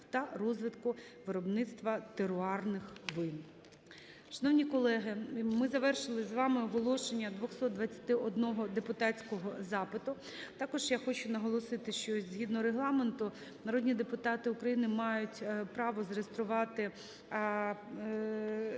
та розвитку виробництва теруарних вин. Шановні колеги, ми завершили з вами оголошення 221 депутатського запиту. Також я хочу наголосити, що згідно Регламенту народні депутати України мають право зареєструвати своє